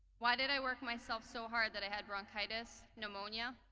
why did i work myself so hard that i had bronchitis pneumonia.